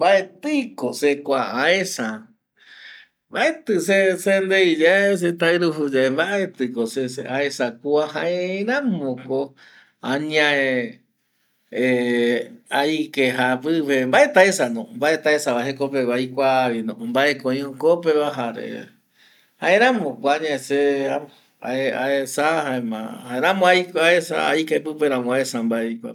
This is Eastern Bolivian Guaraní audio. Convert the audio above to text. Mbaetii ko se kua aesa mbaeti se sendei yae, se tairuju yae mbaeti ko se aesa kua, jaeramo ko añae eh aike japi pe mbaeti aesa no, mbaeti aesa va jekopegua aikuaa vi no mbae ko oi jokopeva jare jaeramo ko añae se apo aesa jaema jaeramo aikua aesa aike pipe ramo aesa mbae oi kuape